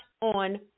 on